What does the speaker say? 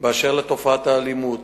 באשר לתופעת האלימות,